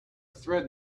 thread